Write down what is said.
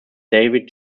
david